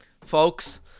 Folks